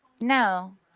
No